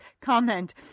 comment